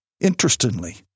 Interestingly